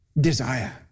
Desire